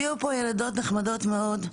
הביאו פה ילדות נחמדות מאוד,